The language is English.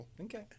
Okay